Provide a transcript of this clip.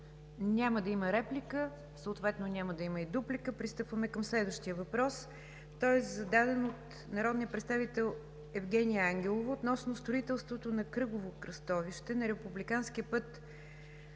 Няма да има реплика, съответно няма да има и дуплика. Пристъпваме към следващия въпрос, зададен от народния представител Евгения Ангелова, относно строителството на кръгово кръстовище на републикански път